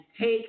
take